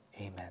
amen